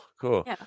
cool